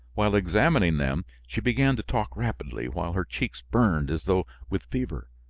while examining them, she began to talk rapidly, while her cheeks burned as though with fever.